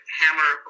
hammer